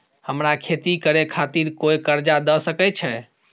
हमरा खेती करे खातिर कोय कर्जा द सकय छै?